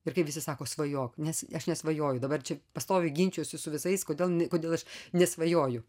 ir kai visi sako svajok nes aš nesvajoju dabar čia pastoviai ginčijuosi su visais kodėl kodėl aš nesvajoju